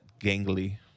gangly